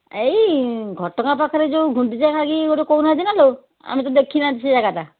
ଏଇ ଘଟଗାଁ ପାଖରେ ଯୋଉ ଗୁଣ୍ଡିଚା ଘାଇ ଗୋଟେ କହୁନାହାନ୍ତି ନା ଲୋ ଆମେ ତ ଦେଖିନାହାନ୍ତି ସେ ଜାଗାଟା